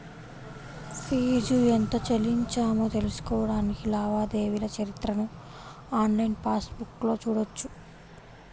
fee ఎంత చెల్లించామో తెలుసుకోడానికి లావాదేవీల చరిత్రను ఆన్లైన్ పాస్ బుక్లో చూడొచ్చు